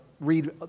read